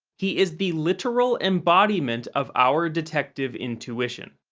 he is the literal embodiment of our detective intuition.